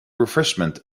refreshment